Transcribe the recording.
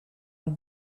and